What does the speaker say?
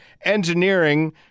Engineering